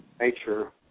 nature